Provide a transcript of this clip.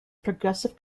progressive